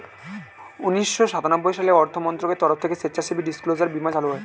উন্নিশো সাতানব্বই সালে অর্থমন্ত্রকের তরফ থেকে স্বেচ্ছাসেবী ডিসক্লোজার বীমা চালু হয়